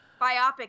Biopic